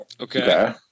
Okay